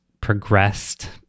progressed